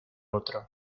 otro